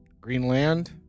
Greenland